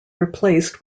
replaced